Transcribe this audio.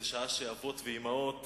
זו שעה שאבות ואמהות